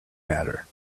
matter